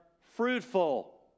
fruitful